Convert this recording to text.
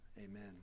Amen